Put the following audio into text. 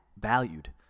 valued